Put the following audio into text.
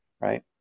Right